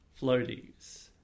Floaties